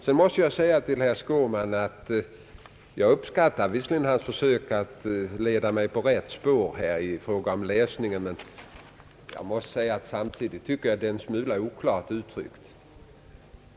Jag måste vidare säga till herr Skårman, att jag visserligen uppskattar hans försök att leda mig på rätt spår i fråga om läsningen av utskottsmajoritetens skrivning, men att jag samtidigt tycker att den är en smula oklart uttryckt.